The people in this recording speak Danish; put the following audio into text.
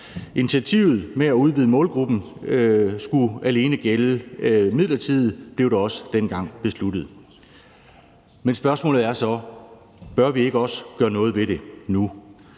Initiativet med at udvide målgruppen skulle alene gælde midlertidigt, blev det også dengang besluttet. Men spørgsmålet er så: Bør vi ikke også gøre noget ved det nu?